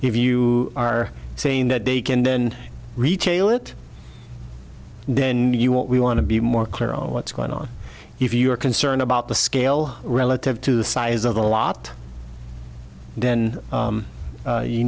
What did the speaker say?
if you are saying that they can then retail it then you want we want to be more clear on what's going on if you're concerned about the scale relative to the size of the lot then